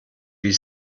wie